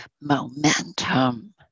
momentum